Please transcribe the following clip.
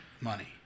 money